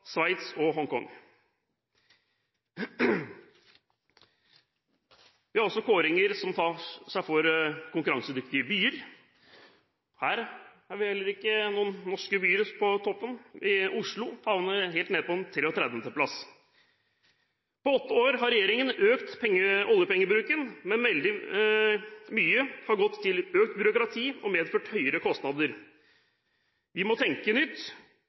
Sveits og Hongkong. Vi har også kåringer som tar for seg konkurransedyktige byer. Her har vi heller ikke noen norske byer på toppen. Oslo havner helt nede på en 33. plass. På åtte år har regjeringen økt oljepengebruken, men veldig mye har gått til økt byråkrati og har medført høyere kostnader. Vi må tenke nytt.